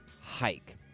hike